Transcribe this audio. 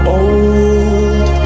old